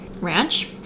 ranch